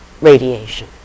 radiation